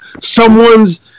someone's